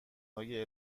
های